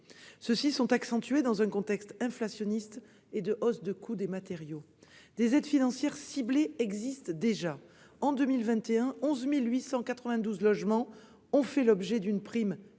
Ceux-ci sont accentués dans un contexte inflationniste et de hausse des coûts des matériaux. Des aides financières ciblées existent déjà. En 2021, 11 892 logements ont bénéficié du dispositif